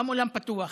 גם אולם פתוח,